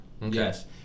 Yes